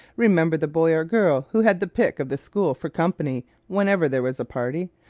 remember the boy or girl who had the pick of the school for company whenever there was a party,